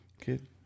kid